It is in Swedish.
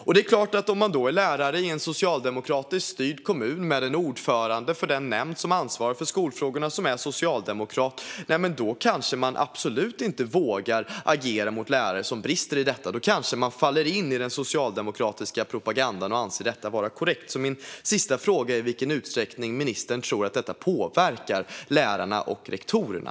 Och det är klart att om man är lärare i en socialdemokratiskt styrd kommun där ordföranden för den nämnd som ansvarar för skolfrågorna är socialdemokrat, då kanske man absolut inte vågar agera mot lärare som brister i detta. Då kanske man faller in i den socialdemokratiska propagandan och anser detta vara korrekt. Min sista fråga är i vilken utsträckning ministern tror att detta påverkar lärarna och rektorerna.